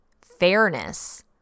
fairness